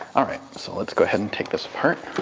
alright, so let's go ahead and take this apart.